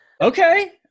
Okay